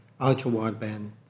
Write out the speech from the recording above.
ultra-wideband